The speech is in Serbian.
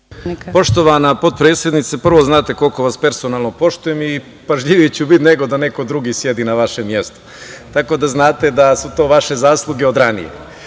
Poštovana potpredsednice, prvo, znate koliko vas personalno poštujem i pažljiviji ću biti nego da neko drugi sedi na vašem mestu. Tako da znate da su to vaše zasluge od ranije.